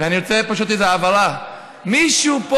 ואני רוצה פשוט איזושהי הבהרה: מישהו פה